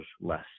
less